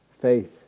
faith